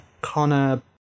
Connor